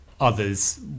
others